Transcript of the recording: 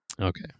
Okay